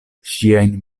ŝiajn